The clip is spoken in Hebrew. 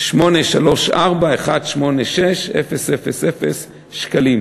118,834,186,000 שקלים.